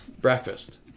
Breakfast